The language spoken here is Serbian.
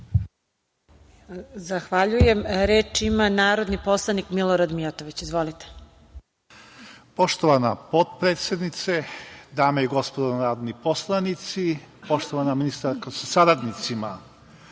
Zahvaljujem. Reč ima narodni poslanik Milorad Mijatović. Izvolite. **Milorad Mijatović** Poštovana potpredsednice, dame i gospodo narodni poslanici, poštovana ministarko sa saradnicima,